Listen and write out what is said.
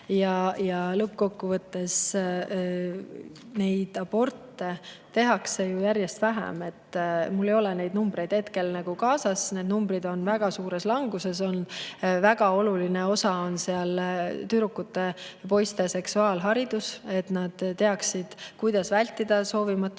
Lõppkokkuvõttes aga aborte tehakse ju järjest vähem. Mul ei ole neid numbreid hetkel kaasas, aga need numbrid on väga suures languses olnud. Väga oluline on seal tüdrukute ja poiste seksuaalharidus, et nad teaksid, kuidas vältida soovimatut